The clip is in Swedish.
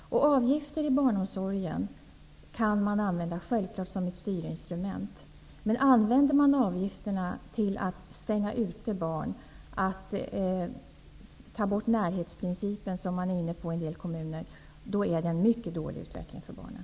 Avgifter i barnomsorgen kan naturligtvis användas som ett styrinstrument. Men om avgifterna används till att stänga ute barn, att ta bort närhetsprincipen -- som man är inne på i en del kommuner -- är det en mycket dålig utveckling för barnen.